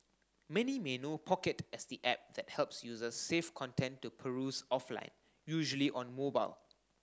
many may know Pocket as the app that helps users save content to peruse offline usually on mobile